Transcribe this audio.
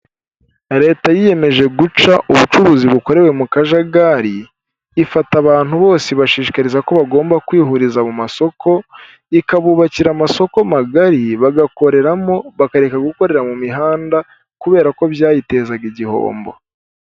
Leta yiyemeje guca ubucuruzi bukorewe mu kajagari, ifata abantu bose ibashishikariza ko bagomba kwihuriza mu masoko, ikabubakira amasoko magari bagakoreramo bakareka gukorera mu mihanda kubera ko byayitezaga igihombo.